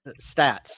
stats